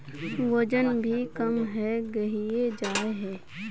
वजन भी कम है गहिये जाय है?